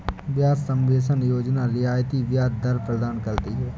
ब्याज सबवेंशन योजना रियायती ब्याज दर प्रदान करती है